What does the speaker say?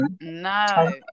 no